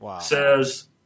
says